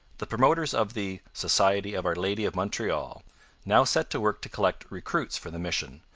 the promoters of the society of our lady of montreal now set to work to collect recruits for the mission,